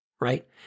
right